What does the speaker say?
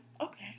Okay